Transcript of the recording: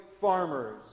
farmers